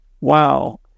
wow